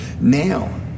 now